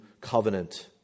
covenant